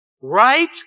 Right